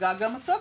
וגג המצוק,